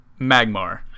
Magmar